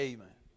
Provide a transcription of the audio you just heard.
Amen